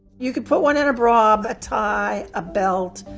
you could put one in a bra, a tie, a belt,